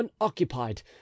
unoccupied